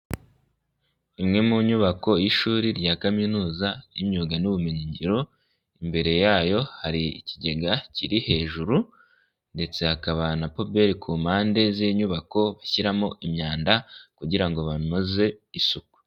Imwe mu nyubako y'ishuri rya kaminuza y'imyuga n'ubumenyin ngiro imbere yayo hari ikigega kiri hejuru ndetse hakaba na pubele ku mpande z'inyubako bashyiramo imyanda kugira ngo banoze isuku.